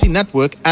Network